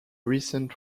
recent